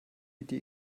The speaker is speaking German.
idee